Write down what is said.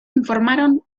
informaron